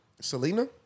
Selena